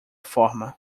forma